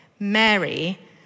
Mary